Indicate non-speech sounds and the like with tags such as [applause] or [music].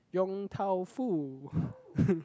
Yong-Tau-Foo [laughs]